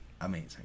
Amazing